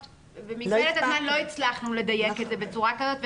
אבל במסגרת הזמן לא הצלחנו לדייק את זה בצורה כזאת.